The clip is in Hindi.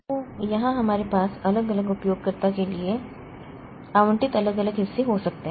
तो यहाँ हमारे पास अलग अलग उपयोगकर्ता के लिए आवंटित अलग अलग हिस्से हो सकते हैं